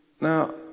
now